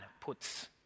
puts